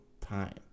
time